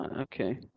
okay